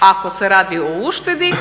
ako se radi o uštedi